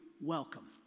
welcome